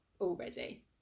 already